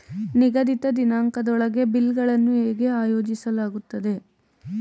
ನಿಗದಿತ ದಿನಾಂಕದೊಳಗೆ ಬಿಲ್ ಗಳನ್ನು ಹೇಗೆ ಆಯೋಜಿಸಲಾಗುತ್ತದೆ?